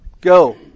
Go